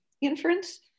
inference